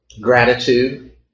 gratitude